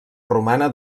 romana